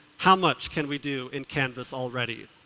how much can we do in canvass already?